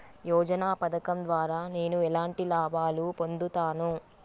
యోజన పథకం ద్వారా నేను ఎలాంటి లాభాలు పొందుతాను?